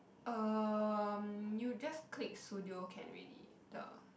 um you just click studio can already the